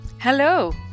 Hello